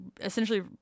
essentially